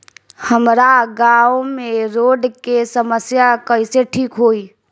हमारा गाँव मे रोड के समस्या कइसे ठीक होई?